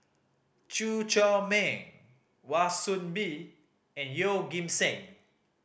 Chew Chor Meng Wan Soon Bee and Yeoh Ghim Seng